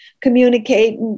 communicate